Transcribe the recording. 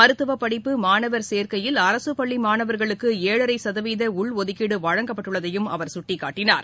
மருத்துவப்படிப்பு மாணவர் சேர்க்கையில் அரசு பள்ளி மாணவர்களுக்கு ஏழரை சதவீத உள்ஒதுக்கீடு வழங்கப்பட்டுள்ளதையும் அவர் சுட்டிக்காட்டினார்